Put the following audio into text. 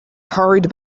hurried